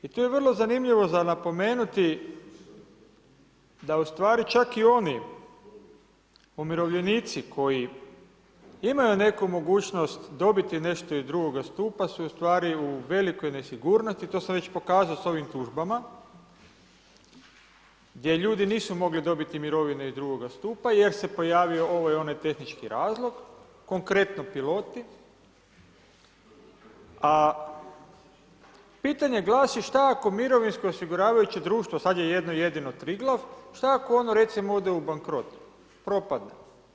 I to je vrlo zanimljivo za napomenuti, da ustvari, čak i oni, umirovljenici koji imaju neku mogućnost dobiti nešto iz drugoga stupa, su ustvari u velikoj nesigurnosti, to sam već pokazao s ovim tužbama, gdje ljudi nisu mogli dobiti mirovine iz drugoga stupa, jer se pojavio onaj i ovaj tehnički razlog, konkretno piloti, a pitanje glasi, šta ako mirovinsko osiguravajuće društvo, sada je jedno jedino Triglav, šta ako ono recimo ode u bankrot, propadne.